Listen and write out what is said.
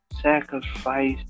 sacrifice